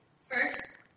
First